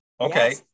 Okay